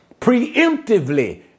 preemptively